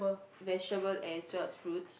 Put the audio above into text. vegetables as well as fruits